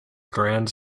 grand